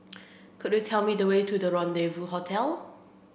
could you tell me the way to Rendezvous Hotel